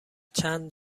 چند